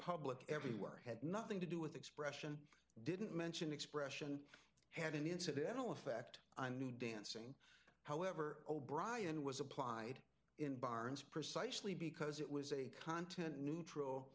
public everywhere had nothing to do with expression didn't mention expression had an incidental effect on new dancing however o'brian was applied in barns precisely because it was a content neutral